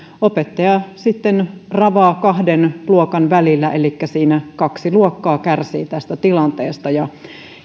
opettaja ravaa kahden luokan välillä elikkä siinä kaksi luokkaa kärsii tästä tilanteesta ja